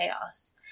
chaos